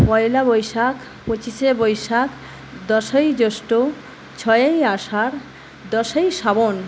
পয়লা বৈশাখ পঁচিশে বৈশাখ দশই জ্যৈষ্ঠ ছয়ই আষাঢ় দশই শ্রাবণ